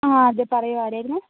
ആ അതേ പറയൂ ആരായിരുന്നു